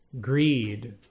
greed